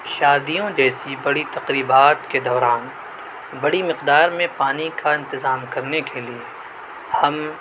شادیوں جیسی بڑی تقریبات کے دوران بڑی مقدار میں پانی کا انتظام کرنے کے لیے ہم